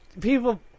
people